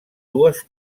dues